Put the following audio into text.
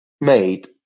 made